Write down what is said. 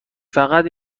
فقط